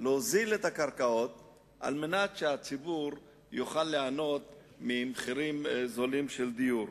להוזיל את הקרקעות על מנת שהציבור יוכל ליהנות ממחירים זולים של דיור.